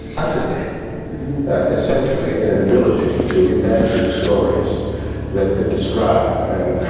utterly essentially in an ability to imagine stories that could describe and